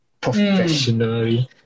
professionally